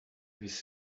his